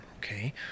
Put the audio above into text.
okay